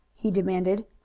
he demanded.